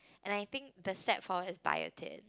and I think the set four is Biotin